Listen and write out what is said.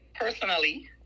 personally